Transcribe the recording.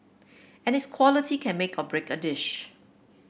and its quality can make or break a dish